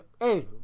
Anywho